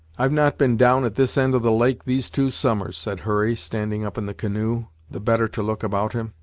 i've not been down at this end of the lake these two summers, said hurry, standing up in the canoe, the better to look about him.